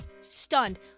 stunned